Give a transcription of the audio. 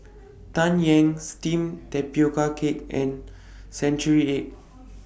Tang Yuen Steamed Tapioca Cake and Century Egg